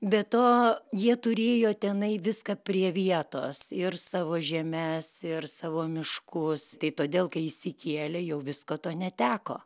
be to jie turėjo tenai viską prie vietos ir savo žemes ir savo miškus todėl kai įšsikėlė jau visko to neteko